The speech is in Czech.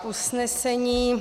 Usnesení: